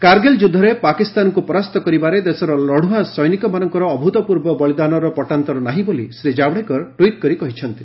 କାର୍ଗିଲ୍ ଯୁଦ୍ଧରେ ପାକିସ୍ତାନକୁ ପରାସ୍ତ କରିବାରେ ଦେଶର ଲଢୁଆ ସୈନିକମାନଙ୍କର ଅଭୂତପୂର୍ବ ବଳିଦାନର ପଟ୍ଟାନ୍ତର ନାହିଁ ବୋଲି ଶ୍ରୀ ଜାବ୍ଡେକର ଟ୍ୱିଟ୍ କରି କହିଛନ୍ତି